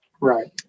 Right